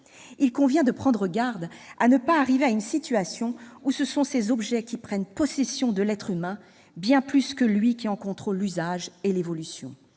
Il convient donc de veiller à ne pas en arriver à une situation où ce seraient ces objets qui prendraient possession de l'être humain, bien plus que celui-ci en contrôlerait l'usage et l'évolution.